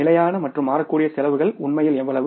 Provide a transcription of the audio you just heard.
நிலையான மற்றும் மாறக்கூடிய செலவுகள் உண்மையில் எவ்வளவு